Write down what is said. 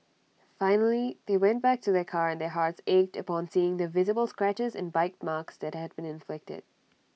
finally they went back to their car and their hearts ached upon seeing the visible scratches and bite marks that had been inflicted